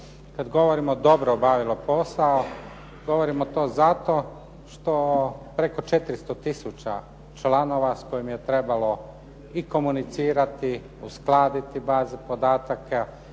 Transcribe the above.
Kad govorimo dobro obavilo posao, govorimo to zato što preko 400 tisuća članova s kojima je trebalo i komunicirati, uskladiti baze podataka